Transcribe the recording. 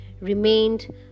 remained